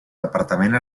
departament